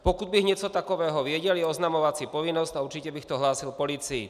Pokud bych něco takového věděl, je oznamovací povinnost a určitě bych to hlásil policii.